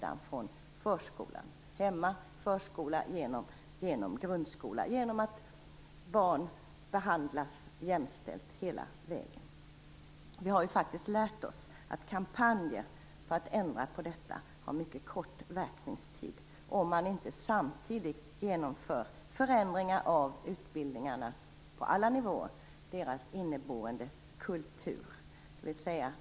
Man bygger upp dem hemma, i förskolan och i grundskolan genom att barn behandlas jämställt hela vägen. Vi har faktiskt lärt oss att kampanjer för att ändra på detta har mycket kort verkningstid om man inte samtidigt genomför förändringar, på alla nivåer, av utbildningarnas inneboende kultur.